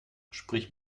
sprich